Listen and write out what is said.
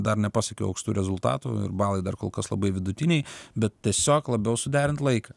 dar nepasiekiau aukštų rezultatų ir balai dar kol kas labai vidutiniai bet tiesiog labiau suderint laiką